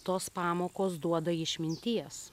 tos pamokos duoda išminties